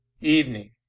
Evening